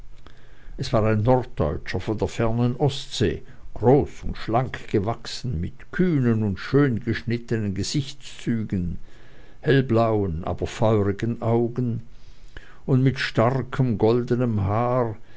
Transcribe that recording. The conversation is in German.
es war ein norddeutscher von der fernsten ostsee groß und schlank gewachsen mit kühnen und schön geschnittenen gesichtszügen hellblauen aber feurigen augen und mit starkem goldenem haar